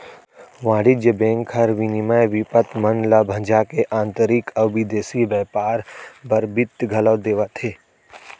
वाणिज्य बेंक हर विनिमय बिपत मन ल भंजा के आंतरिक अउ बिदेसी बैयपार बर बित्त घलौ देवाथे